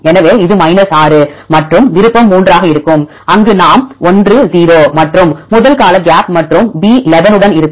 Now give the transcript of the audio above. எனவே இது 6 மற்றும் விருப்பம் 3 ஆக இருக்கும் அங்கு நாம் 10 மற்றும் முதல் கால கேப் மற்றும் பி 11 உடன் இருக்கும்